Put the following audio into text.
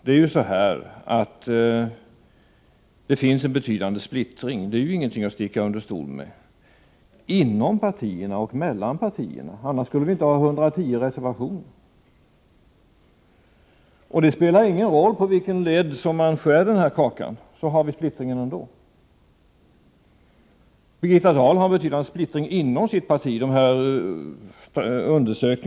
Det finns en betydande splittring inom partierna och mellan partierna — det är väl ingenting att sticka under stol med. Annars skulle det inte vara 110 reservationer i det aktuella utskottsbetänkandet. Det spelar ju ingen roll på vilken ledd man skär kakan; splittringen har vi ändå. Det är ju en betydande splittring inom Birgitta Dahls parti.